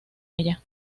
ella